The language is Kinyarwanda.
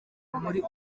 muri